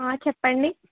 చెప్పండి